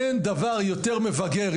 אין דבר יותר מבגר,